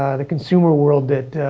the consumer world that,